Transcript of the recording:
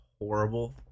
horrible